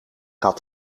had